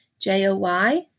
J-O-Y